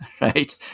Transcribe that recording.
right